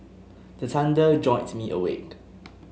the thunder jolt me awake